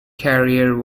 career